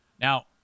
Now